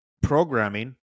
Programming